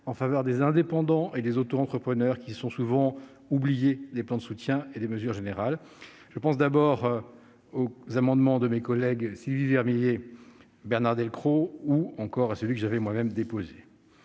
en faveur des indépendants et des autoentrepreneurs, qui sont souvent les oubliés des plans de soutien, et des mesures générales. J'ai d'abord à l'esprit les amendements de mes collègues, Sylvie Vermeillet et Bernard Delcros, ou encore celui que j'avais moi-même déposé.